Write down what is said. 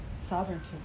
sovereignty